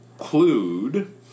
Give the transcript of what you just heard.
include